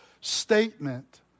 statement